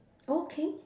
okay